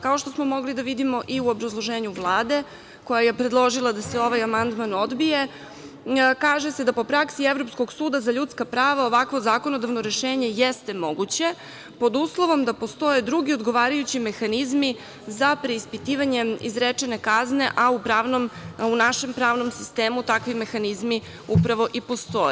Kao što smo mogli da vidimo u obrazloženju Vlade koja je predložila da se ovaj amandman odbije, kaže se da po praksi Evropskog suda za ljudska prava, ovakvo zakonodavno rešenje jeste moguće, pod uslovom da postoje drugi odgovarajući mehanizmi za preispitivanje izrečene kazne, a u našem pravnom sistemu takvi mehanizmi upravo i postoje.